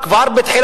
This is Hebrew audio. האבטחה